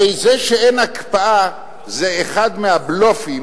הרי זה שאין הקפאה זה אחד מהבלופים